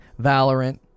Valorant